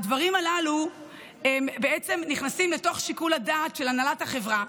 הדברים הללו נכנסים לתוך שיקול הדעת של הנהלת החברה,